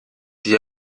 die